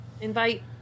Invite